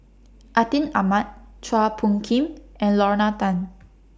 Atin Amat Chua Phung Kim and Lorna Tan